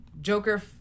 Joker